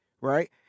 right